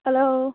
hello